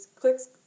Click's